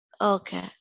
Okay